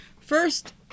First